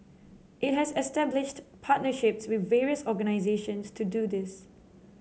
it has established partnerships with various organisations to do this